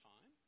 time